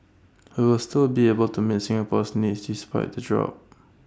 we will still be able to meet Singapore's needs despite the drop